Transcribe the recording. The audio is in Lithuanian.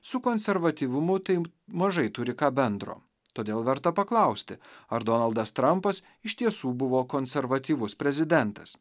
su konservatyvumu taip mažai turi ką bendro todėl verta paklausti ar donaldas trampas iš tiesų buvo konservatyvus prezidentas